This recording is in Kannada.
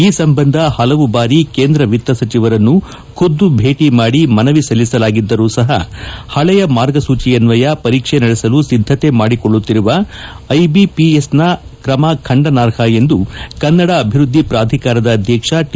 ಈ ಸಂಬಂಧ ಹಲವು ಭಾರಿ ಕೇಂದ್ರ ವಿತ್ತ ಸಚಿವರನ್ನು ಖುದ್ದು ಭೇಟಿ ಮಾಡಿ ಮನವಿ ಸಲ್ಲಿಸಲಾಗಿದ್ದರೂ ಸಹ ಹಳೆಯ ಮಾರ್ಗಸೂಚಿಯನ್ವಯ ಪರೀಕ್ಷೆ ನಡೆಸಲು ಸಿದ್ದತೆ ಮಾಡಿಕೊಳ್ಳುತ್ತಿರುವ ಐಬಿಪಿಎಸ್ನ ಕ್ರಮ ಖಂಡನಾರ್ಹ ಎಂದು ಕನ್ನಡ ಅಭಿವೃದ್ದಿ ಪ್ರಾಧಿಕಾರದ ಅಧ್ಯಕ್ಷ ಟಿ